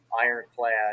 ironclad